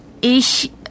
Ich